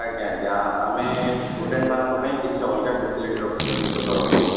ଆଜ୍ଞା ଆଜ୍ଞା ଆମେ ଷ୍ଟୁଡେଣ୍ଟ୍ମାନଙ୍କ ପାଇଁ କିଛି ଅଲଗା ଫାସିଲିଟି ରଖିଛୁ ନିଜ ତରଫରୁ